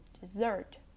dessert